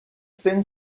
spend